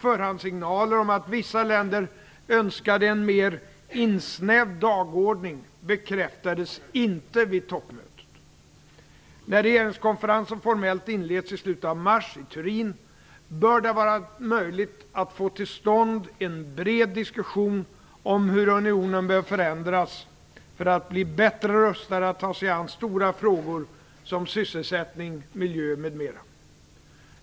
Förhandssignalerna om att vissa länder önskade en mer insnävad dagordning bekräftades inte vid toppmötet. När regeringskonferensen formellt inleds i slutet av mars i Turin bör det vara möjligt att få till stånd en bred diskussion om hur unionen bör förändras för att bli bättre rustad att ta sig an stora frågor som sysselsättning, miljö m.m.